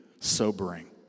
sobering